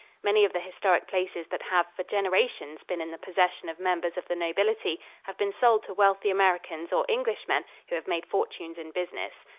many of the historic places that have for generations been in the possession of members of the nobility have been sold to wealthy americans or englishmen who have made fortunes in business.